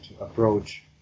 approach